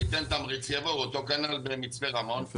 תיתן תמריץ יבואו, אותו כנ"ל במצפה רמון.